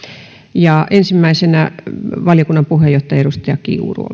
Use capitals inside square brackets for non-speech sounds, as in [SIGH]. puheenvuoroja ensimmäisenä valiokunnan puheenjohtaja edustaja kiuru [UNINTELLIGIBLE]